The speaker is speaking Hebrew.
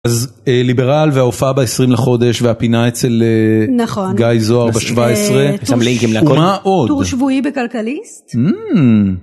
אז ליברל וההופעה ב-20 לחודש והפינה אצל גיא זוהר ב-17, מה עוד? טור שבועי בכלכליסט. המממ...